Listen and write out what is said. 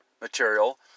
material